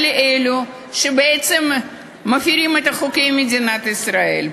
על אלו שבעצם מפרים את חוקי מדינת ישראל.